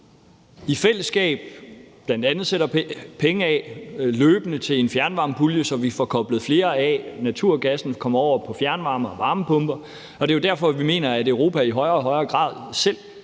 i fællesskab bl.a. sætter penge af løbende til en fjernvarmepulje, så vi får koblet flere af naturgas og over på fjernvarme og varmepumper. Det er jo derfor, vi mener, at Europa i højere og højere grad skal